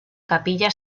capilla